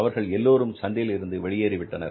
அவர்கள் எல்லோரும் சந்தையிலிருந்து வெளியேறிவிட்டனர்